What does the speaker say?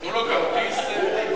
הוא קיבל טיסות חינם.